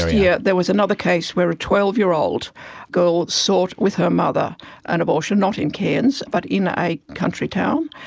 ah yeah there was another case where a twelve year old girl sought with her mother an abortion, not in cairns but in a country town,